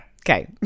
Okay